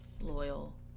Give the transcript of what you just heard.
loyal